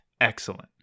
Excellent